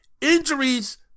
Injuries